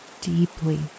deeply